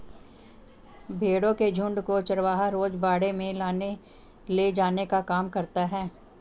भेंड़ों के झुण्ड को चरवाहा रोज बाड़े से लाने ले जाने का काम करता है